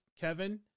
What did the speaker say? Kevin